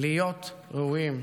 להיות ראויים.